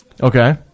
Okay